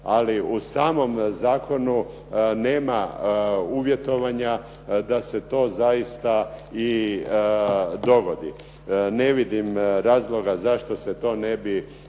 Ali u samom zakonu nema uvjetovanja da se to zaista i dogodi. Ne vidim razloga zašto se to ne bi